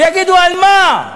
ויגידו: על מה?